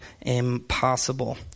impossible